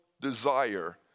desire